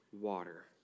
water